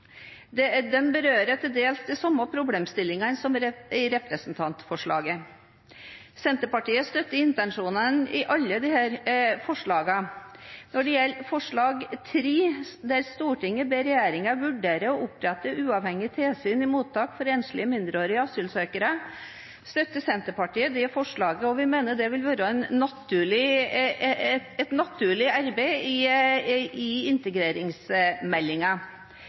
berører til dels de samme problemstillingene som i representantforslaget. Senterpartiet støtter intensjonene i alle disse forslagene. Når det gjelder forslag nr. 3, «Stortinget ber regjeringen vurdere å opprette uavhengige tilsyn i mottakene for enslige mindreårige asylsøkere», støtter Senterpartiet det, og vi mener det vil være et naturlig arbeid i